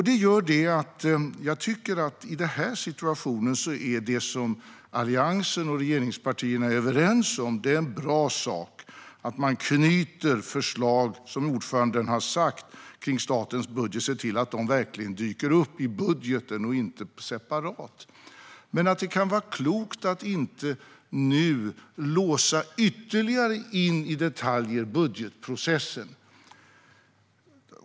Det gör att jag tycker att det som Alliansen och regeringspartierna är överens om i den här situationen är en bra sak. Det är bra att man knyter förslag, som ordföranden har sagt, kring statens budget och ser till att de verkligen dyker upp i budgeten och inte separat. Det kan dock vara klokt att inte nu ytterligare låsa in budgetprocessen i detaljer.